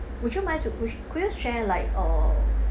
would you mind to push could you share like uh